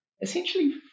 essentially